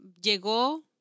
llegó